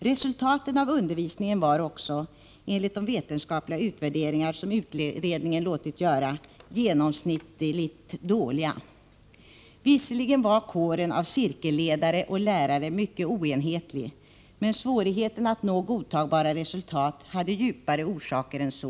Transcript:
Resultaten av undervisningen blev också, enligt de vetenskapliga utvärderingar som utredningen låtit göra, genomsnittligt dåliga. Visserligen var kåren av cirkelledare och lärare långt ifrån enhetlig, men svårigheterna att nå godtagbara resultat hade djupare orsaker än så.